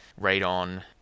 radon